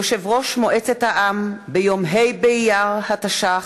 יושב-ראש מועצת העם, ביום ה' באייר התש"ח,